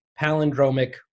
Palindromic